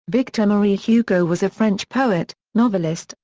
victor marie hugo was a french poet, novelist,